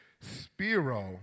spiro